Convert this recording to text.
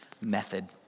method